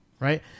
Right